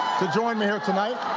to join me here tonight.